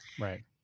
Right